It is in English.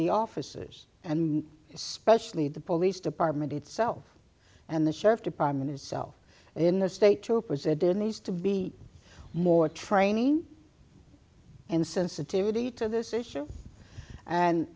the officers and especially the police department itself and the sheriff's department itself in the state troopers and their needs to be more training and sensitivity to this issue and